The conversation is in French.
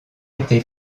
été